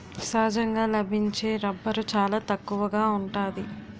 సహజంగా లభించే రబ్బరు చాలా తక్కువగా ఉంటాది